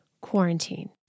quarantine